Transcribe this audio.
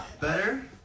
Better